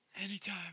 Anytime